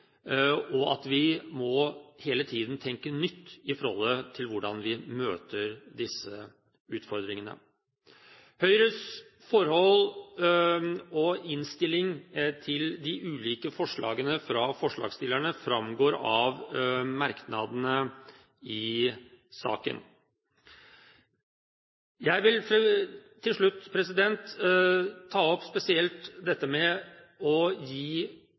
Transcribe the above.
og at vi hele tiden må tenke nytt når det gjelder hvordan vi møter disse utfordringene. Høyres forhold og innstilling til de ulike forslagene fra forslagsstillerne framgår av merknadene i innstillingen. Jeg vil til slutt ta opp spesielt dette med å gi